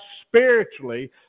spiritually